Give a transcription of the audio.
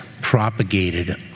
propagated